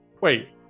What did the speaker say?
Wait